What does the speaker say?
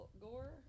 gore